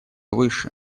выше